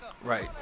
right